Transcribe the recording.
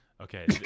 okay